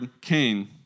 Cain